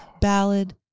ballad